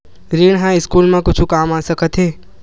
ऋण ह स्कूल मा कुछु काम आ सकत हे?